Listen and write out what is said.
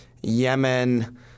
Yemen